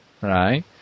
Right